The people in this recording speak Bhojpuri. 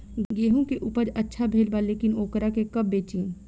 गेहूं के उपज अच्छा भेल बा लेकिन वोकरा के कब बेची?